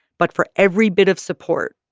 but for every bit of support,